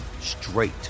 straight